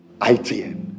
ITN